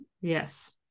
Yes